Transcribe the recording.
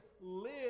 live